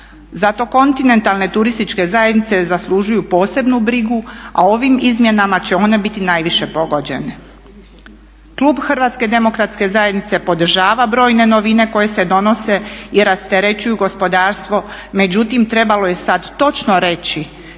Zato kontinentalne turističke zajednice zaslužuju posebnu brigu, a ovim izmjenama će one biti najviše pogođene. Klub HDZ-a podržava brojne novine koje se donose i rasterećuju gospodarstvo međutim trebalo je sada točno reći